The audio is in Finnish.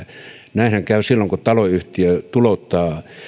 näinhän käy silloin kun taloyhtiö tulouttaa